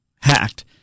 hacked